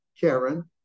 karen